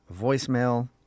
voicemail